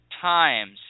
Times